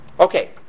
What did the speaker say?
Okay